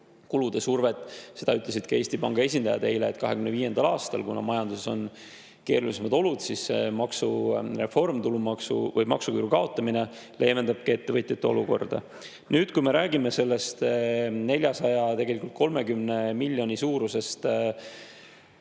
survet. Seda ütlesid ka Eesti Panga esindajad eile, et 2025. aastal, kuna majanduses on keerulisemad olud, siis maksureform, maksuküüru kaotamine leevendab ettevõtjate olukorda. Nüüd, kui me räägime sellest 430 miljoni suurusest